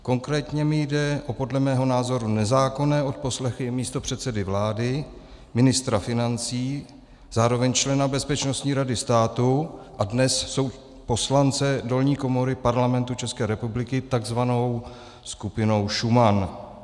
Konkrétně mi jde o podle mého názoru nezákonné odposlechy místopředsedy vlády, ministra financí, zároveň člena Bezpečnostní rady státu a dnes poslance dolní komory Parlamentu České republiky, takzvanou skupinou Šuman.